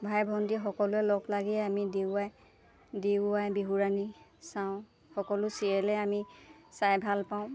ভাই ভণ্টি সকলোৱে লগ লাগি আমি ডি ৱাই ডি ৱাই বিহুৰাণী চাওঁ সকলো চিৰিয়েলে আমি চাই ভাল পাওঁ